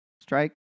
strike